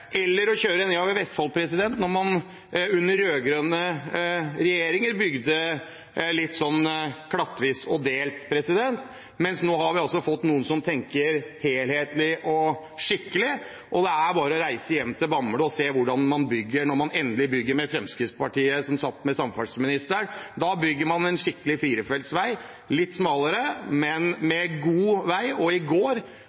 eller å kjøre nedover i Vestfold da man under rød-grønne regjeringer bygde litt klattvis og delt. Men nå har vi fått noen som tenker helhetlig og skikkelig. Det er bare å reise til Bamble og se hvordan man bygger der, slik man endelig bygger når Fremskrittspartiet sitter med samferdselsministeren. Da bygger man en skikkelig firefeltsvei – litt smalere, men